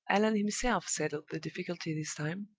allan himself settled the difficulty this time,